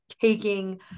taking